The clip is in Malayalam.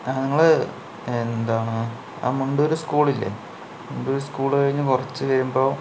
ആ നിങ്ങൾ ആ എന്താണ് ആ മുണ്ടൂര് സ്കൂളില്ലേ മുണ്ടൂര് സ്കൂൾ കഴിഞ്ഞ് കുറച്ച് വരുമ്പോൾ